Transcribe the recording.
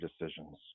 decisions